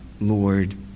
Lord